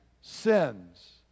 sins